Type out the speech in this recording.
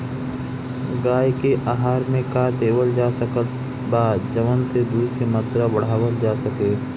गाय के आहार मे का देवल जा सकत बा जवन से दूध के मात्रा बढ़ावल जा सके?